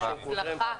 בשם כולכם.